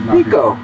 Nico